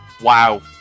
wow